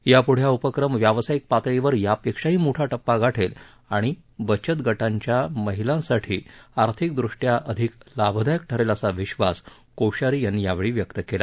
यापुढे हा उपक्रम व्यावसायिक पातळीवर यापेक्षाही मोठा टप्पा गाठेल आणि बचत गटांच्या महिलांसाठी आर्थिकदृष्ट्या अधिक लाभदायक ठरेल असा विश्वास कोश्यारी यांनी यावेळी व्यक्त केला